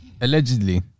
allegedly